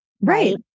right